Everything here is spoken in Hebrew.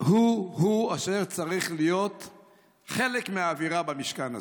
הוא-הוא אשר צריך להיות חלק מהאווירה במשכן הזה.